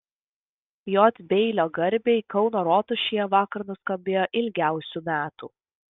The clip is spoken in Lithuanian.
j beilio garbei kauno rotušėje vakar nuskambėjo ilgiausių metų